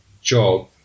job